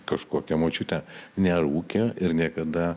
kažkokia močiutė nerūkė ir niekada